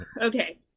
Okay